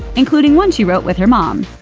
including one she wrote with her mom.